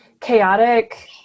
chaotic